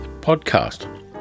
podcast